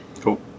cool